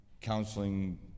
counseling